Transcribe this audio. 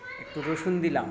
একটু রসুন দিলাম